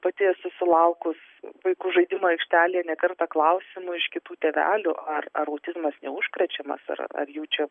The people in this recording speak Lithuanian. pati esu sulaukus vaikų žaidimų aikštelėje ne kartą klausimų iš kitų tėvelių ar ar autizmas neužkrečiamas ar ar jau čia